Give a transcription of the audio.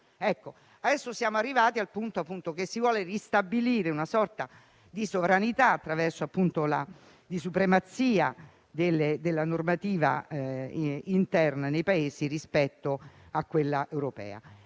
Adesso siamo arrivati al punto che si vuole ristabilire una sorta di sovranità e supremazia della normativa interna dei Paesi membri rispetto a quella europea.